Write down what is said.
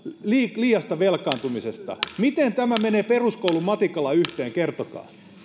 liiasta velkaantumisesta miten tämä menee peruskoulun matikalla yhteen kertokaa